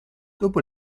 dopo